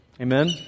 Amen